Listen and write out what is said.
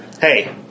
Hey